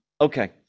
Okay